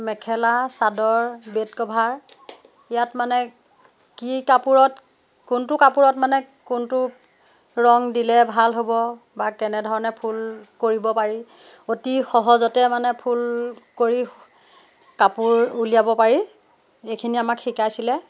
মেখেলা chador bed cover ইয়াত মানে কি কাপোৰত কোনটো কাপোৰত মানে কোনটো ৰং দিলে ভাল হ'ব বা কেনেধৰণে ফুল কৰিব পাৰি অতি সহজতে মানে ফুল কৰি কাপোৰ উলিয়াব পাৰি এইখিনি আমাক শিকাইছিলে